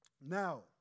Now